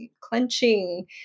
clenching